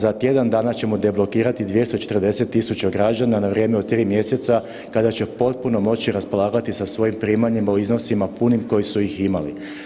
Za tjedan dana ćemo deblokirati 240.000 građana na vrijeme od 3 mjeseca kada će potpuno moći raspolagati sa svojim primanjima u iznosima punim kojih su i imali.